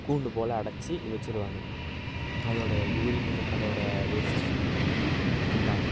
கூண்டு போல் அடைச்சி வச்சிடுவாங்க அதோட யூரின்னு அதோட வேஸ்ட்